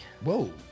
Whoa